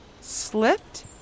Slipped